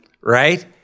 Right